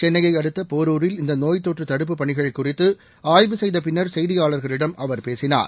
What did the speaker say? சென்னையை அடுத்த போருரில் இந்த நோய் தொற்று தடுப்பு பணிகள் குறித்து ஆய்வு செய்த பின்னா் செய்தியாளர்களிடம் அவர் பேசினார்